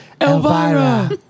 Elvira